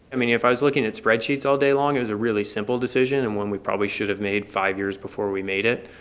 i mean, if i was looking at spreadsheets all day long, it was a really simple decision and one we probably should have made five years before we made it.